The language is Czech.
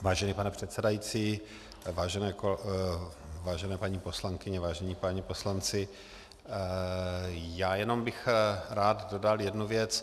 Vážený pane předsedající, vážené paní poslankyně, vážení páni poslanci, já jenom bych rád dodal jednu věc.